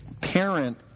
parent